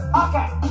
okay